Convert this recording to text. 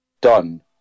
done